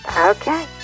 Okay